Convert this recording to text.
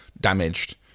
damaged